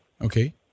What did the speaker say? Okay